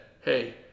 hey